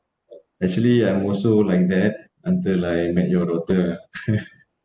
actually I'm also like that until like met your daughter ah